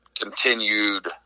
continued